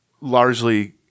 largely